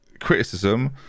Criticism